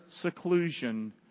seclusion